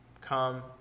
come